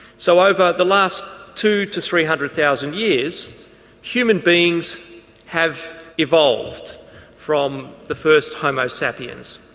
so over the last two to three hundred thousand years human beings have evolved from the first homo sapiens.